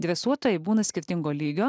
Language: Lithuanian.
dresuotojai būna skirtingo lygio